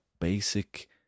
basic